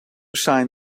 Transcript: sign